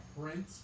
print